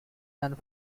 and